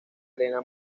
arena